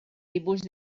dibuix